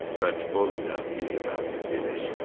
but all of that is about to finish,